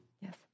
Yes